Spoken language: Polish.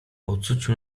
ocucił